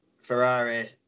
Ferrari